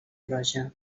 roja